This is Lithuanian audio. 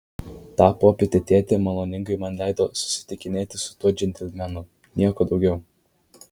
tą popietę tėtė maloningai man leido susitikinėti su tuo džentelmenu nieko daugiau